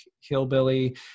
hillbilly